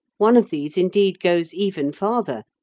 one of these indeed goes even farther,